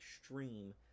extreme